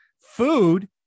Food